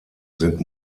sind